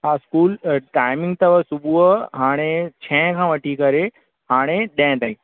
हा स्कूल अ टाइमिंग अथव सुबुह हाणे छहें खां वठी करे हाणे ॾहें ताईं